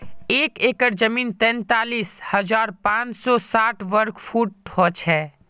एक एकड़ जमीन तैंतालीस हजार पांच सौ साठ वर्ग फुट हो छे